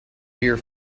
here